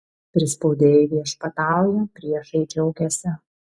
prispaudėjai viešpatauja priešai džiaugiasi